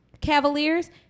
Cavaliers